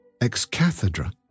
Ex-Cathedra